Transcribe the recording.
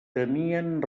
tenien